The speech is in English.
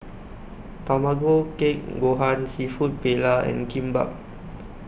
Tamago Kake Gohan Seafood Paella and Kimbap